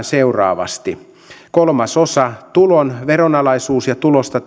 seuraavasti kolmeen osaan tulon veronalaisuus ja tulosta